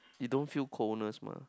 you don't fell coldness mah